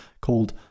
called